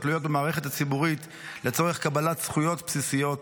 התלויות במערכת הציבורית לצורך קבלת זכויות בסיסיות,